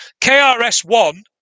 KRS-One